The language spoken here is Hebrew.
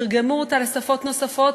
תרגמו אותה לשפות נוספות,